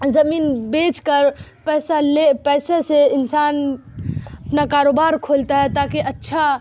زمین بیچ کر پیسہ لے پیسے سے انسان اپنا کاروبار کھولتا ہے تا کہ اچھا